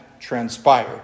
transpired